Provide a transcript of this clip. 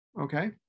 Okay